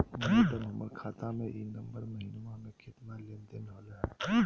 madam, हमर खाता में ई नवंबर महीनमा में केतना के लेन देन होले है